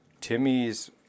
Timmy's